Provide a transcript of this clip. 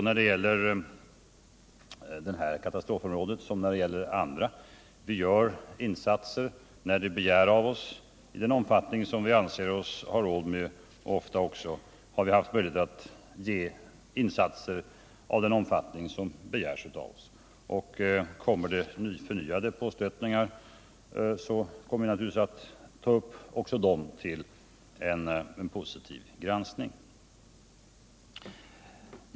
När det gäller detta katastrofområde såväl som när det gäller andra katastrofområden gör vi insatser när sådana begärs av oss i den omfattning som vi har råd med. Ofta har vi också haft möjlighet att göra insatser av den omfattning som begärs av oss. Kommer det förnyade påstötningar tar vi naturligtvis upp också dem till en positiv granskning.